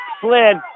slid